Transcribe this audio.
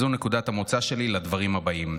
"וזו נקודת המוצא שלי לדברים הבאים.